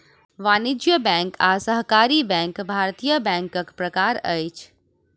वाणिज्य बैंक आ सहकारी बैंक भारतीय बैंकक प्रकार अछि